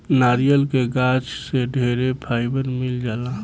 नारियल के गाछ से ढेरे फाइबर मिल जाला